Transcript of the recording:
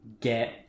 get